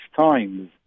times